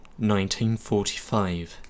1945